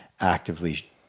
actively